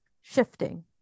shifting